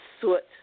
soot